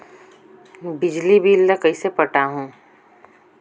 बिजली बिल ल कइसे पटाहूं?